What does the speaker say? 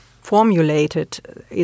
formulated